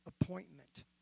appointment